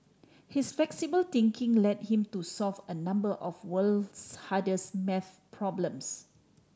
his flexible thinking led him to solve a number of world's hardest math problems